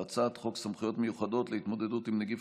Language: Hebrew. הצעת חוק סמכויות מיוחדות להתמודדות עם נגיף